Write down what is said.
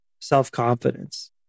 self-confidence